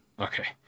okay